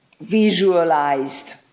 visualized